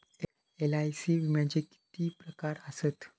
LIC विम्याचे किती प्रकार आसत?